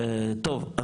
טוב,